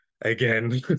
again